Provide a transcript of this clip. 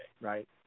right